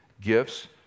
gifts